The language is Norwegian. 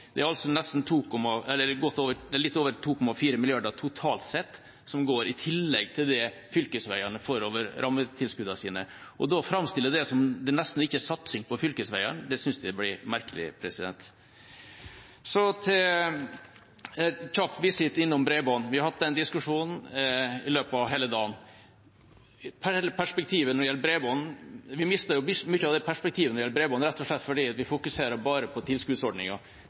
Det er altså litt over 2,4 mrd. kr totalt sett, i tillegg til det fylkesveiene får gjennom rammetilskuddene sine. Å framstille det som om det nesten ikke er noen satsing på fylkesveiene, synes jeg blir merkelig. En kjapp visitt innom bredbånd: Vi har hatt den diskusjonen i løpet av hele dagen. Vi mister mye av perspektivet når det gjelder bredbånd, rett og slett fordi vi fokuserer bare på tilskuddsordningen. Tilskuddsordningen finnes for å dekke opp de områdene som ikke er kommersielt sett utbyggbare. Over 10 mrd. kr ble brukt i 2016 på